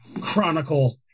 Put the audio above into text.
chronicle